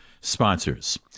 sponsors